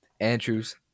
Andrew's